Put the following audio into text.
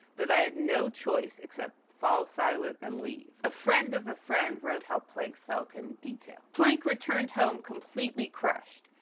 that i had no choice, except fall silent and leave. a friend of a friend wrote how planck felt in detail. planck returned home completely crushed.